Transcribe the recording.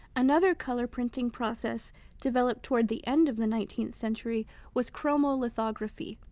another color printing process developed toward the end of the nineteenth century was chromolithography.